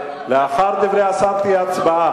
לאחר דברי השר תהיה הצבעה.